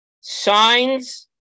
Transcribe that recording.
signs